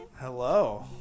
Hello